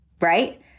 right